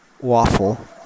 waffle